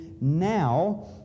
now